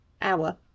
hour